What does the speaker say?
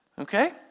Okay